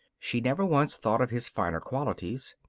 she never once thought of his finer qualities.